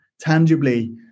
tangibly